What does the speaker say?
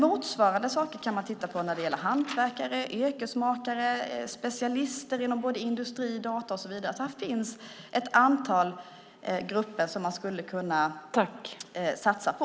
Motsvarande saker kan man titta på när det gäller hantverkare, verktygsmakare, specialister inom både industri och data och så vidare. Här finns ett antal grupper som man skulle kunna satsa på.